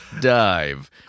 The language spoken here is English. dive